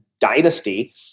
dynasty